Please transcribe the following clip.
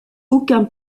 aucun